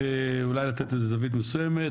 אולי לתת איזו זווית מסוימת.